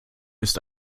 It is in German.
ist